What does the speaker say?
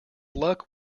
luck